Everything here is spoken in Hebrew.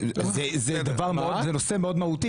זה נושא מאוד מהותי.